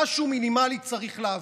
משהו מינימלי צריך להביא.